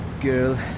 girl